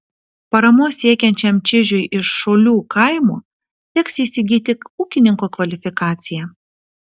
paramos siekiančiam čižiui iš šolių kaimo teks įsigyti ūkininko kvalifikaciją